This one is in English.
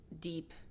deep